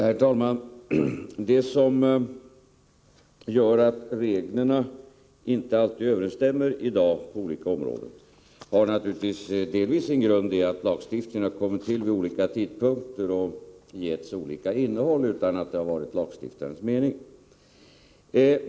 Herr talman! Att reglerna i dag inte alltid överensstämmer på olika områden har naturligtvis delvis sin grund i att lagstiftningarna har kommit till vid olika tidpunkter och, utan att detta har varit lagstiftarens mening, getts olika innehåll.